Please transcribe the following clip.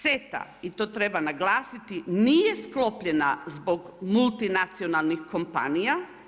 CETA i to treba naglasiti nije sklopljena zbog multinacionalnih kompanija.